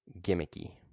gimmicky